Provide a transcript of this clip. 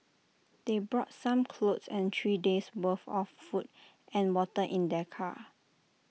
they brought some clothes and three days' worth of food and water in their car